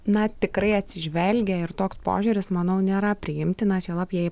na tikrai atsižvelgia ir toks požiūris manau nėra priimtinas juolab jei